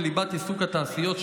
בליבת עיסוק התעשיות,